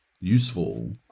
useful